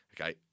Okay